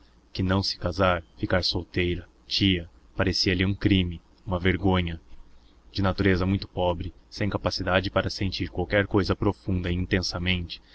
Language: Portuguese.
que não se casar ficar solteira tia parecialhe um crime uma vergonha de natureza muito pobre sem capacidade para sentir qualquer cousa profunda e intensamente